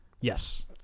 Yes